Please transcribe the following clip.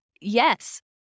Yes